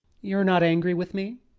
you're not angry with me?